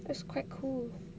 that's quite cool